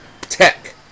Tech